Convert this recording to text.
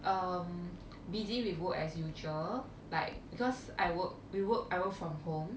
um busy with work as usual like because I work we work I work from home